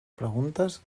preguntes